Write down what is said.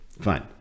fine